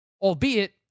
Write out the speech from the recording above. Albeit